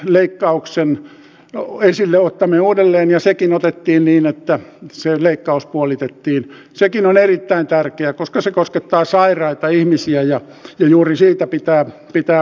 leikkauksen tuo esille ottaminen uudelleen ja sekin otettiin niin että se leikkaus puolitettiin sekin on erittäin tärkeä koska se koskettaa sairaita ihmisiä ja juuri siitä pitää pitää